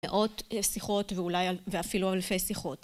מאות שיחות ואולי... ואפילו אלפי שיחות.